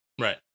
Right